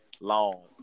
long